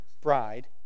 bride